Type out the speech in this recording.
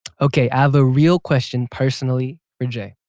okay. i have a real question personally for jae.